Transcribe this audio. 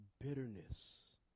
bitterness